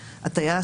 הטייס,